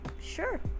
Sure